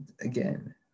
again